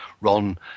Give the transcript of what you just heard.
Ron